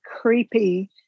creepy